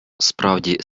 справді